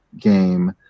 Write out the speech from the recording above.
game